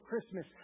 Christmas